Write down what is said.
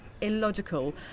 illogical